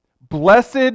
blessed